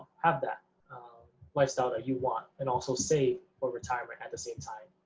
have that lifestyle that you want, and also save for retirement at the same time.